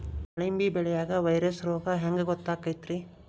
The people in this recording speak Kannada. ದಾಳಿಂಬಿ ಬೆಳಿಯಾಗ ವೈರಸ್ ರೋಗ ಹ್ಯಾಂಗ ಗೊತ್ತಾಕ್ಕತ್ರೇ?